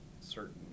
certain